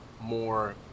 more